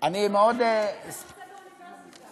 אתה מרצה באוניברסיטה.